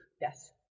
Yes